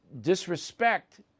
disrespect